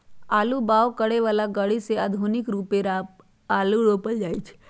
आलू बाओ करय बला ग़रि से आधुनिक रुपे आलू रोपल जाइ छै